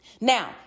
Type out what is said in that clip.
Now